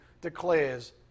declares